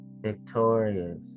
victorious